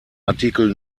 artikel